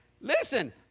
Listen